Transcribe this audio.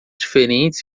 diferentes